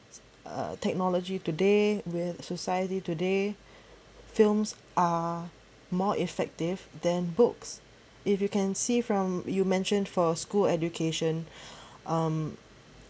um technology today with society today films are more effective than books if you can see from you mentioned for school education um